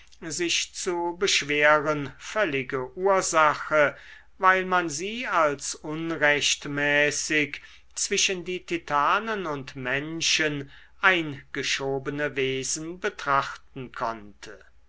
sich zu beschweren völlig ursache weil man sie als unrechtmäßig zwischen die titanen und menschen eingeschobene wesen betrachten konnte